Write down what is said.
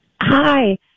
Hi